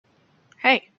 hey